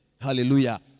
Hallelujah